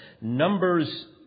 numbers